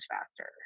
faster